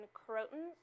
croton